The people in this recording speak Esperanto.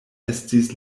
estis